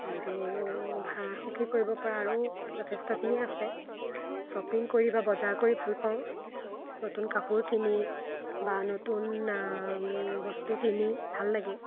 আৰু ভা সুখী কৰিব পৰা আৰু যথেষ্টখিনি আছে শ্বপিং কৰি বা বজাৰ কৰি ভাল পাওঁ নতুন কাপোৰ কিনি বা নতুন বস্তু কিনি ভাল লাগে